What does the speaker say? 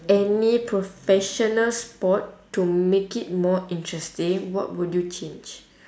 any professional sport to make it more interesting what would you change